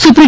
સુપ્રિ